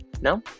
No